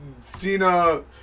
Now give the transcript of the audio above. Cena